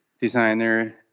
designer